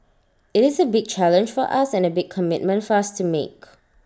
IT is A big challenge for us and A big commitment for us to make